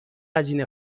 هزینه